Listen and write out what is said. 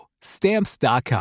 stamps.com